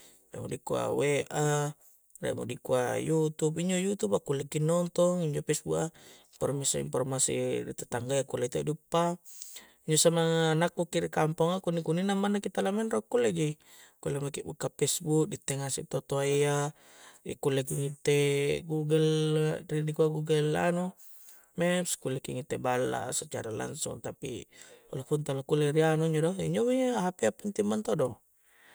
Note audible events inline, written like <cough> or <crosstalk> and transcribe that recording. Riek mo dikua wa riek mo diku yutub, injo yutub a kulle ki nontong injo pesbuk a inpormasi-inpormasi ri tetanggayya kulle to'i ni uppa injo samang a nakku ki ri kamponga kunni-kunni na manna ki tala minro kulle ji kulle maki akbukka pesbuk, di itte ngasek totoayya <hesitation> kulle ki ngitte google riek nikua google anu maps kulle ki ngitte bala a secara langsung tapi walaupun tala kulle ri anu injo do injo do, injo weh hp a penting mentodo